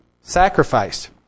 sacrificed